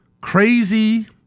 crazy